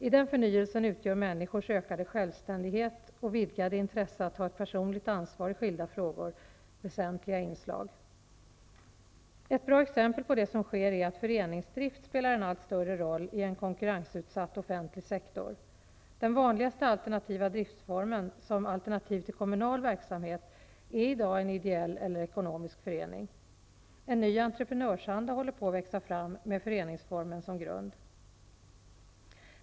I denna förnyelse utgör människors ökade självständighet och vidgade intresse att ta ett personligt ansvar i skilda frågor väsentliga inslag. Ett bra exempel på det som sker är att föreningsdrift spelar en allt större roll i en konkurrensutsatt offentlig sektor. Den vanligaste alternativa driftsformen som ett alternativ till kommunal verksamhet är i dag en ideell eller ekonomisk förening. En ny entreprenörsanda håller på att växa fram med föreningsformen som grund.